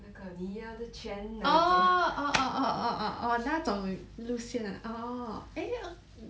那个你要的全那个